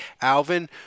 Alvin